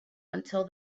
until